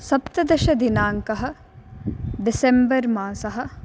सप्तदशदिनाङ्कः डिसेम्बर् मासः